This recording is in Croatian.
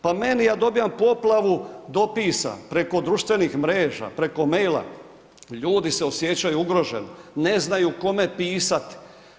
Pa meni, ja dobivam poplavu dopisa preko društvenih mreža, preko maila, ljudi se osjećaju ugroženo, ne znaju kome pisati.